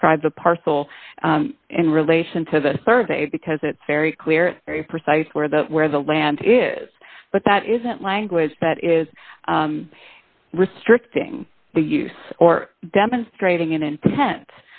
describe the parcel in relation to the survey because it's very clear very precise where the where the land is but that isn't language that is restricting the use or demonstrating